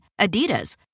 Adidas